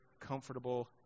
comfortable